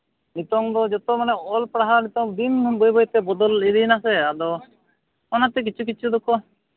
ᱱᱤᱛᱚᱝᱫᱚ ᱡᱚᱛᱚ ᱢᱟᱱᱮ ᱚᱞᱼᱯᱟᱲᱦᱟᱣ ᱱᱤᱛᱚᱝ ᱫᱤᱱᱦᱚᱸ ᱵᱟᱹᱭᱼᱵᱟᱹᱭᱛᱮ ᱵᱚᱫᱚᱞ ᱤᱫᱤᱭᱮᱱᱟ ᱥᱮ ᱟᱫᱚ ᱚᱱᱟᱛᱮ ᱠᱤᱪᱷᱩᱼᱠᱤᱪᱷᱩ ᱫᱚᱠᱚ